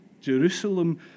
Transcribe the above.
Jerusalem